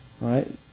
right